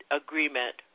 agreement